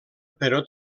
però